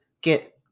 get